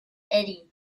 eddie